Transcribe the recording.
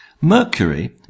Mercury